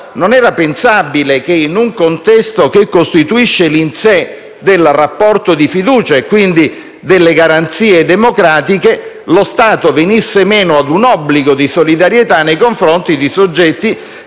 Non era quindi pensabile che, in un contesto che costituisce l'in sé del rapporto di fiducia e quindi delle garanzie democratiche, lo Stato venisse meno ad un obbligo di solidarietà nei confronti di soggetti